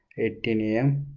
eight ten a m.